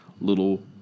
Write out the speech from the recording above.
little